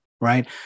right